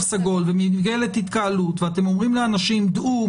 סגול וממגבלת התקהלות ואתם אומרים לאנשים: דעו,